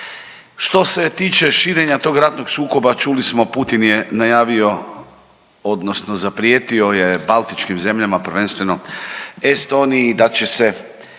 Što se tiče širenja tog ratnog sukoba čuli smo Putin je najavio odnosno zaprijetio je baltičkim zemljama, prvenstveno Estoniji da će se